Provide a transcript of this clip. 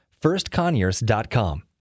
firstconyers.com